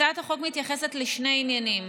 הצעת החוק מתייחסת לשני עניינים,